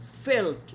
felt